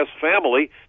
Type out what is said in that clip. family